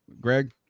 Greg